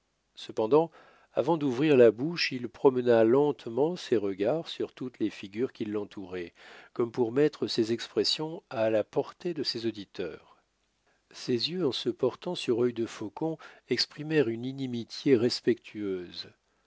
cependant avant d'ouvrir la bouche il promena lentement ses regards sur toutes les figures qui l'entouraient comme pour mettre ses expressions à la portée de ses auditeurs ses yeux en se portant sur œil de faucon exprimèrent une inimitié respectueuse